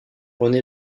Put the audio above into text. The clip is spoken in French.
rené